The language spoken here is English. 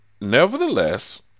nevertheless